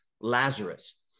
Lazarus